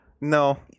No